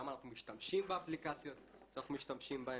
למה אנחנו משתמשים באפליקציות שאנחנו משתמשים בהן.